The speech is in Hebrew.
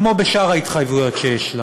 כמו בשאר ההתחייבויות שיש לה.